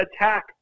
attack